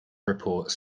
reports